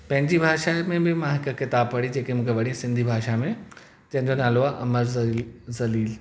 पंहिंजी भाषा में बि मां हिकु किताबु पढ़ी जेके मूंखे वणी सिंधी भाषा में जंहिंजो नालो आहे अमर ज़ ज़लील